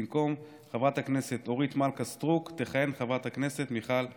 במקום חברת הכנסת אורית מלכה סטרוק תכהן חברת הכנסת מיכל וולדיגר.